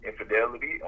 Infidelity